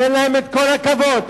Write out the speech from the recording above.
תן להם את כל הכבוד,